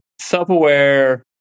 self-aware